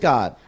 God